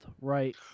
right